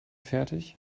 fertig